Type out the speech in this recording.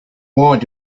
going